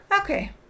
Okay